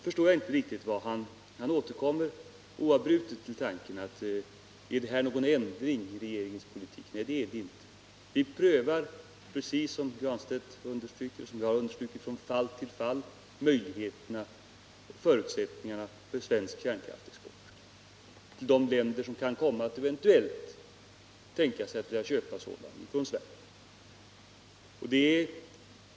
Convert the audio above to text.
Herr Granstedt återkommer oavbrutet till frågan om detta är någon ändring i regeringens politik. Nej, det är det inte. Vi prövar, precis som jag redan understrukit, från fall till fall möjligheterna och förutsättningarna för svensk kärnkraftsexport till de länder som kan komma att eventuellt vilja köpa kärnkraftverk från Sverige.